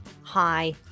Hi